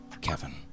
Kevin